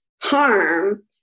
harm